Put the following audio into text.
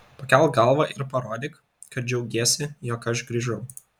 pakelk galvą ir parodyk kad džiaugiesi jog aš grįžau